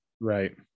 right